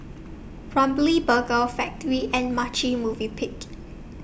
Ramly Burger Factorie and Marche Movenpick